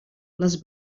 les